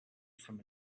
from